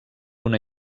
una